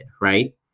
right